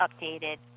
updated